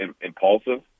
impulsive